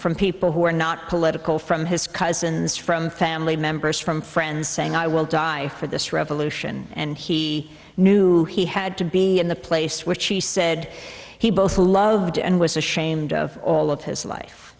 from people who are not political from his cousins from family members from friends saying i will die for this revolution and he knew he had to be in the place which he said he both loved and was ashamed of all of his life